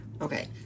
Okay